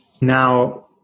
Now